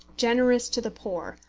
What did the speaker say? generous to the poor,